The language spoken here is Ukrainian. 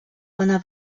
вона